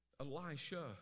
Elisha